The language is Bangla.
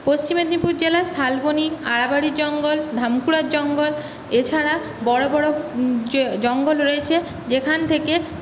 পশ্চিম মেদিনীপুর জেলার শালবনী আরাবারির জঙ্গল ধামকুড়ার জঙ্গল এছাড়া বড়ো বড়ো যে জঙ্গল রয়েছে যেখান থেকে